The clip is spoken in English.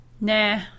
Nah